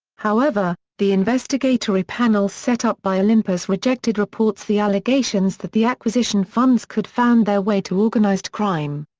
however, the investigatory panel set up by olympus rejected reports the allegations that the acquisition funds could found their way to organised crime.